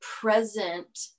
present